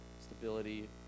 stability